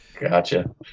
Gotcha